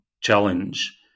challenge